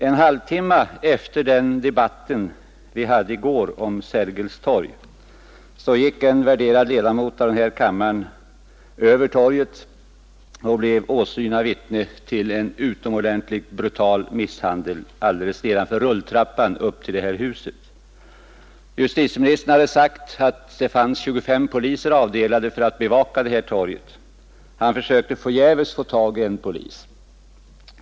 En halvtimme efter den debatt vi hade i går om Sergels torg gick en värderad ledamot av kammaren över torget och blev åsyna vittne till en utomordentligt brutal misshandel alldeles nedanför rulltrappan upp till det här huset. Justitieministern hade sagt att det finns 25 poliser avdelade för att bevaka torget. Min sagesman försökte emellertid förgäves få tag i en polis.